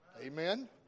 Amen